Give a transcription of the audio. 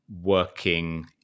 working